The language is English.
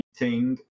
meeting